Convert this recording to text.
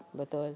betul